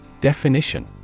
Definition